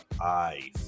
eyes